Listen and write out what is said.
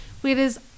Whereas